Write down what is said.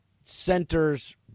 centers